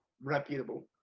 reputable